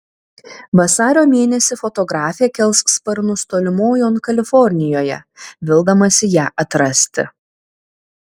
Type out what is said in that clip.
vasario mėnesį fotografė kels sparnus tolimojon kalifornijoje vildamasi ją atrasti